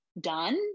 done